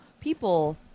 people